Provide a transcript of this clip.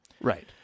Right